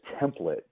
template